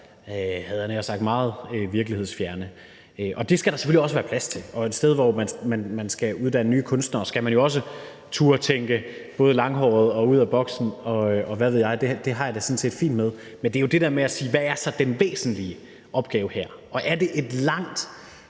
havde jeg nær sagt meget virkelighedsfjerne. Det skal der selvfølgelig også være plads til, og et sted, hvor man skal uddanne nye kunstnere, skal man jo også turde tænke både langhåret og ud af boksen, og hvad ved jeg. Det har jeg det sådan set fint med. Men det er jo det der med at sige, hvad den væsentlige opgave så er her. Og er det et langt